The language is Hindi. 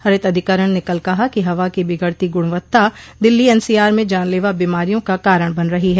हरित अधिकरण ने कल कहा कि हवा की बिगड़ती गुणवत्ता दिल्ली एनसीआर में जानलेवा बीमारियों का कारण बन रही है